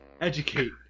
Educate